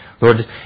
Lord